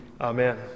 amen